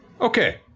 Okay